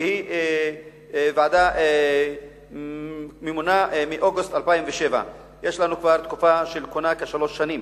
והיא ועדה ממונה מאוגוסט 2007. יש לנו כבר תקופה של כהונה של שלוש שנים.